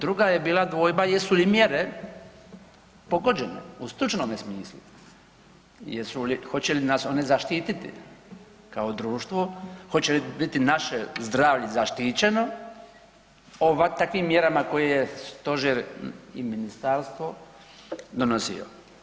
Druga je, druga je bila dvojba jesu li mjere pogođene u stručnome smislu, jesu li, hoće li nas one zaštititi kao društvo, hoće li biti naše zdravlje zaštićeno takvim mjerama koje je stožer i ministarstvo donosio?